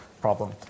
problem